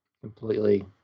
completely